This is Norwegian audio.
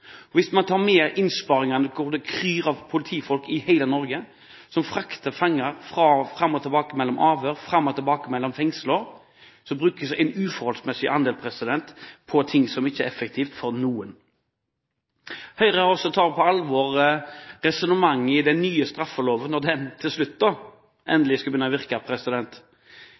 hvis man tar med innsparingene på alle de politifolkene i Norge som frakter fanger fram og tilbake mellom avhør, fram og tilbake mellom fengsler – brukes en uforholdsmessig andel på ting som ikke er effektive for noen. Høyre har tatt på alvor resonnementet i den nye straffeloven. Når den til slutt endelig begynner å virke,